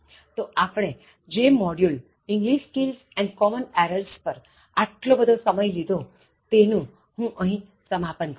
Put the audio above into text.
તોઆપણે જે module English Skills and Common Errors પર આટલો બધો સમય લીધો તેનું હું અહીં સમાપન કરું છું